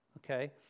okay